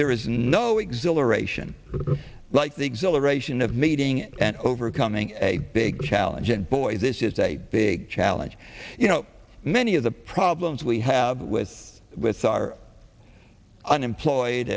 there is no exhilaration like the exhilaration of meeting and overcoming a big challenge and boy this is a big challenge you know many of the problems we have with with our unemployed